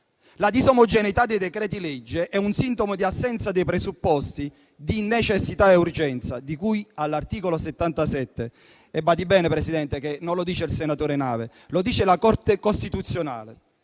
La disomogeneità dei decreti-legge è un sintomo di assenza dei presupposti di necessità e urgenza di cui all'articolo 77 e, badi bene, Presidente, non lo dice il senatore Nave, ma la Corte costituzionale.